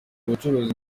ubucuruzi